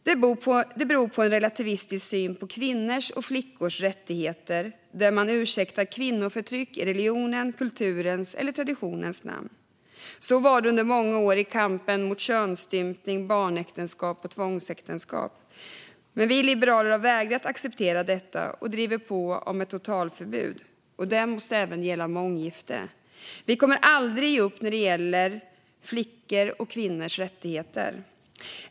Det beror på en relativistisk syn på kvinnors och flickors rättigheter; man ursäktar kvinnoförtryck i religionens, kulturens eller traditionens namn. Likadant var det under många år i kampen mot könsstympning, barnäktenskap och tvångsäktenskap. Men vi liberaler har vägrat att acceptera detta och har drivit på för ett totalförbud. Det måste även gälla månggifte. Vi kommer aldrig att ge upp när det gäller flickors och kvinnors rättigheter.